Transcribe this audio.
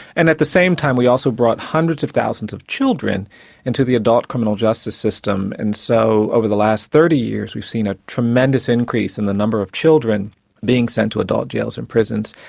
and at the same time we also brought hundreds of thousands of children into the adult criminal justice system, and so over the last thirty years we've seen a tremendous increase in the number of children being sent to adult jails and prisons,